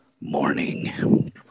morning